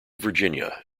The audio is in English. virginia